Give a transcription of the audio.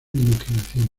imaginación